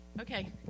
Okay